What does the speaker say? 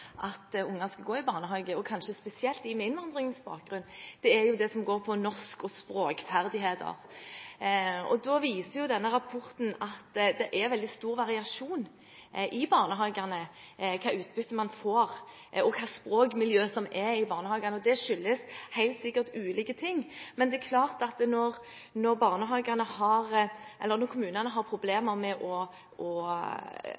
at unger skal gå i barnehage – og kanskje spesielt de med innvandringsbakgrunn – er det som handler om det norske språket og språkferdigheter. Denne rapporten viser at det er veldig stor variasjon mellom barnehagene når det gjelder hva slags utbytte man får, og hva slags språkmiljø som er i barnehagene. Det skyldes helt sikkert ulike ting, men det er klart at når kommunene har